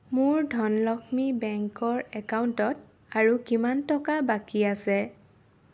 মোৰ ধনলক্ষ্মী বেংকৰ একাউণ্টত আৰু কিমান টকা বাকী আছে